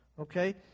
Okay